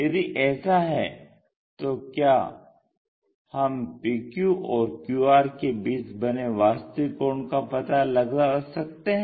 यदि ऐसा है तो क्या हम PQ और QR के बीच बने वास्तविक कोण का पता लगा सकते हैं